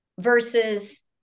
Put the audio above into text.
versus